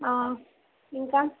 ఇంకా